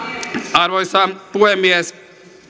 arvoisa puhemies